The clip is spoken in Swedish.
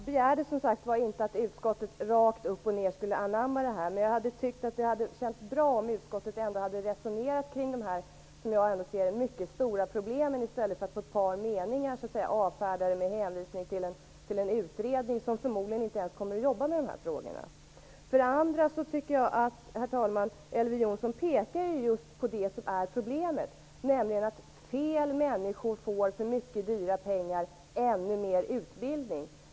Herr talman! Jag begärde inte att utskottet rakt upp och ned skulle anamma förslaget. Men jag tycker att det hade känts bra om utskottet hade resonerat omkring dessa mycket stora problem i stället för att på ett par meningar avfärda det hela med hänvisning till en utredning, som förmodligen inte ens kommer jobba med dessa frågor. Elver Jonsson pekar just på det som är problemet, nämligen att fel människor får för dyra pengar ännu mera utbildning.